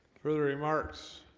further remarks